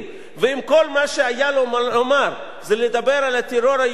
ואם כל מה שהיה לו לומר זה על הטרור היהודי,